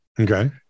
Okay